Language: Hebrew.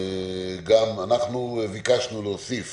ביקשנו להוסיף